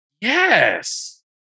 Yes